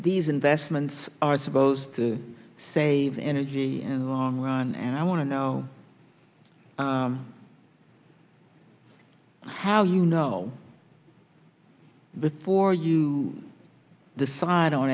these investments are supposed to save energy and long run and i want to know how you know before you decide on